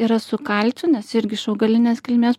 yra su kalciu nes irgi iš augalinės kilmės